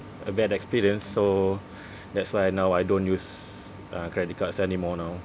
a bad experience so that's why now I don't use uh credit cards anymore now